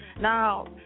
Now